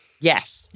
Yes